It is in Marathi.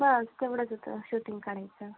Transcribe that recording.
बस तेवढंच होतं शूटिंग काढायचं